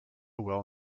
well